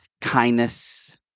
kindness